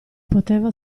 poteva